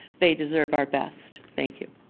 they deserve our best, thank you.